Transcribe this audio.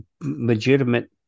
legitimate